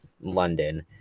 London